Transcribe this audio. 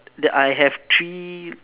that I have three